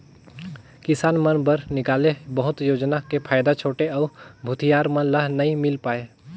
किसान मन बर निकाले बहुत योजना के फायदा छोटे अउ भूथियार मन ल नइ मिल पाये